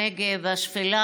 הנגב והשפלה,